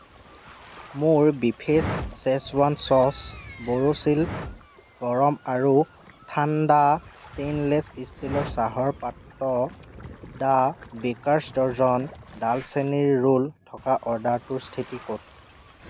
মোৰ বিচেফ শ্বেজৱান ছচ বৰোচিল গৰম আৰু ঠাণ্ডা ষ্টেইনলেছ ষ্টীলৰ চাহৰ পাত্ৰ দ্য বেকাৰ্ছ ডজন ডালচেনীৰ ৰোল থকা অৰ্ডাৰটোৰ স্থিতি কি